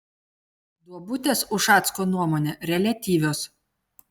duobutės ušacko nuomone reliatyvios